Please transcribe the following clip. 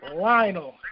Lionel